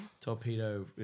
torpedo